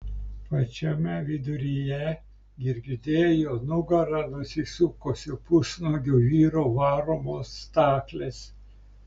pačiame viduryje girgždėjo nugara nusisukusio pusnuogio vyro varomos staklės